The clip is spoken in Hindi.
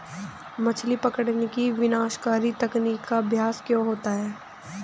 मछली पकड़ने की विनाशकारी तकनीक का अभ्यास क्यों होता है?